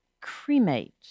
cremate